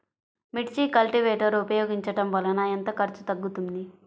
మిర్చి కల్టీవేటర్ ఉపయోగించటం వలన ఎంత ఖర్చు తగ్గుతుంది?